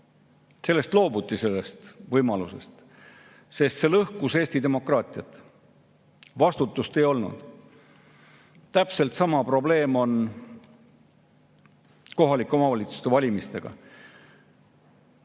keelati. Sellest võimalusest loobuti, sest see lõhkus Eesti demokraatiat. Vastutust ei olnud. Täpselt sama probleem on kohalike omavalitsuste valimistega. Nende